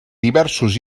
diversos